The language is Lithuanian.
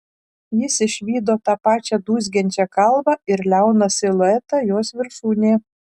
jis išvydo tą pačią dūzgiančią kalvą ir liauną siluetą jos viršūnėje